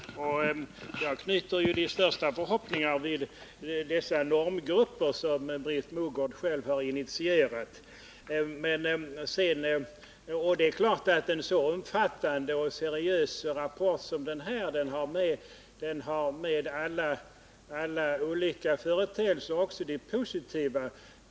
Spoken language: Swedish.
Herr talman! Jag är övertygad om riktigheten i det som Britt Mogård nu sade och knyter de största förhoppningar till de normgrupper som Britt Mogård själv har initierat. Det är klart att en så omfattande och seriös rapport som den här har med alla företeelser, även de positiva.